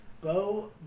Bo